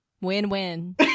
win-win